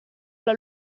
alla